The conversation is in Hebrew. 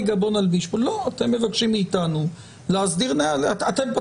אנחנו מבקשים, אבל אנחנו לא